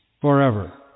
Forever